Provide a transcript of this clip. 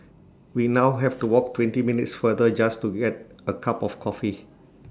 we now have to walk twenty minutes farther just to get A cup of coffee